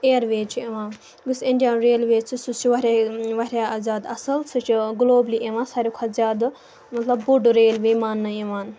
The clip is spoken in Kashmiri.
اِیَرویز چھِ یِوان یُس اِنڈیَن ریلویز چھِ سُہ چھِ واریاہ واریاہ زیادٕ اَصٕل سُہ چھِ گٕلوبلی یِوان ساروی کھۄتہٕ زیادٕ مطلب بوٚڑ ریلوے ماننہٕ یِوان